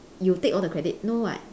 you take all the credit no what